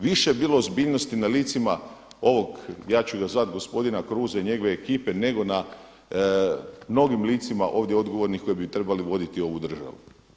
Više je bilo ozbiljnosti na licima ovog ja ću ga zvati gospodina Kruza i njegove ekipe nego na mnogim licima ovdje odgovornih koji bi trebali voditi ovu državu.